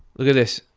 look at this.